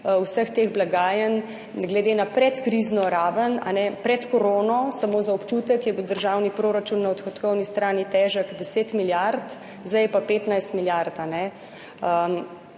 vseh teh blagajn glede na pred krizno raven. Pred korono, samo za občutek, je bil državni proračun na odhodkovni strani težek 10 milijard, zdaj je pa 15 milijard,